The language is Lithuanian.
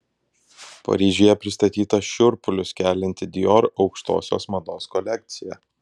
paryžiuje pristatyta šiurpulius kelianti dior aukštosios mados kolekcija